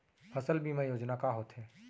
फसल बीमा योजना का होथे?